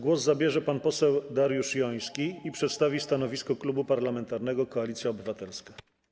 Głos zabierze teraz pan poseł Dariusz Joński, który przedstawi stanowisko Klubu Parlamentarnego Koalicja Obywatelska.